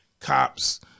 cops